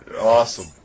awesome